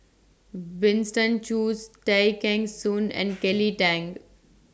Winston Choos Tay Kheng Soon and Kelly Tang